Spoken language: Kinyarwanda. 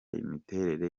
imiterere